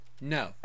No